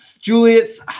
Julius